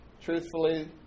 truthfully